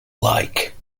like